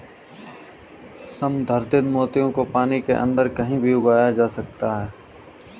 संवर्धित मोती को पानी के अंदर कहीं भी उगाया जा सकता है